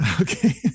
Okay